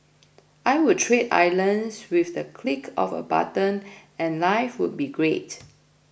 I would trade islands with the click of a button and life would be great